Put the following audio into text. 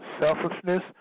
selfishness